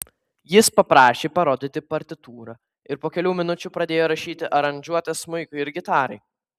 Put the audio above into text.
jis paprašė parodyti partitūrą ir po kelių minučių pradėjo rašyti aranžuotes smuikui ir gitarai